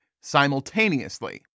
simultaneously